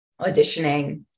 auditioning